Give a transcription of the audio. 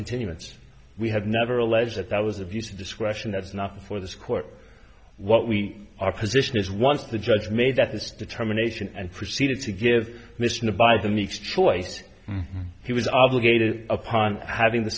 continuance we had never alleged that that was abuse of discretion that's not before this court what we our position is once the judge made that this determination and proceeded to give mission to by them each choice he was obligated upon having the